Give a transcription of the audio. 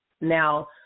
Now